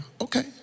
Okay